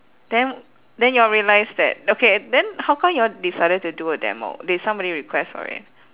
then then you all realise that okay then how come you all decided to do a demo did somebody request for it